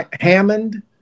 Hammond